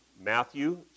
Matthew